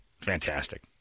fantastic